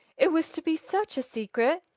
it was to be such a secret.